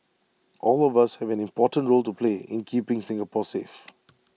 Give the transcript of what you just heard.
all of us have an important role to play in keeping Singapore safe